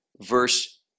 verse